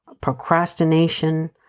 procrastination